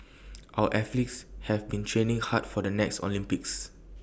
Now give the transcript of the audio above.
our athletes have been training hard for the next Olympics